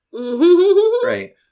right